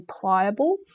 pliable